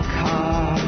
car